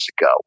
ago